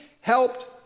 helped